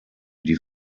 die